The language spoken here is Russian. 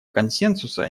консенсуса